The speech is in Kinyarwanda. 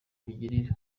bigirira